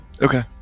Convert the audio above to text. Okay